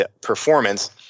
performance